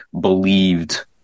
believed